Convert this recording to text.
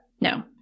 No